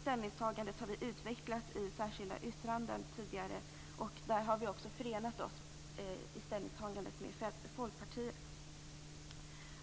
ställningstagande har vi utvecklat i särskilda yttranden tidigare, och där har vi också förenat oss med Folkpartiet i ställningstagandet.